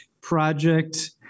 Project